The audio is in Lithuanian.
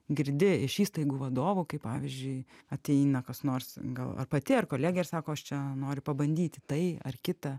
girdi iš įstaigų vadovų kai pavyzdžiui ateina kas nors gal ar pati ar kolegė ir sako aš čia noriu pabandyti tai ar kitą